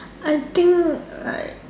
I think like